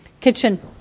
Kitchen